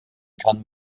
kann